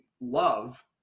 love